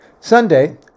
Sunday